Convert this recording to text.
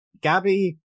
Gabby